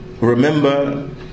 remember